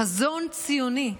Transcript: חזון ציוני,